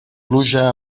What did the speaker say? pluja